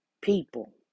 people